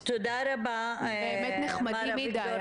באמת נחמדים מדי.